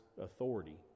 authority